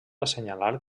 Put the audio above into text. assenyalar